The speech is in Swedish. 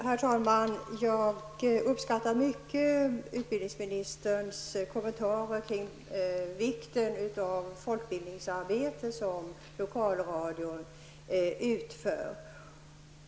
Herr talman! Utbildningsministerns kommentarer kring det viktiga folkbildningsarbete som lokalradion utför uppskattar jag mycket.